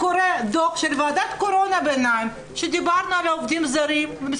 וקורא דוח ביניים של ועדת הקורונה שדיברנו על העובדים הזרים,